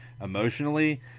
emotionally